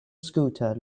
scooter